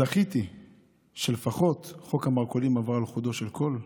זכיתי שלפחות חוק המרכולים עבר על חודו של קול בגללי.